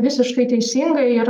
visiškai teisinga ir